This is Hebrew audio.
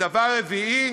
דבר רביעי,